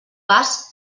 vas